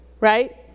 right